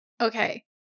okay